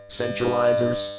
centralizers